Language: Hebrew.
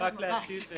רק להשיב,